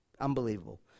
Unbelievable